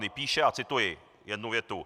Píše, a cituji, jednu větu: